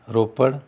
Ropar